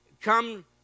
come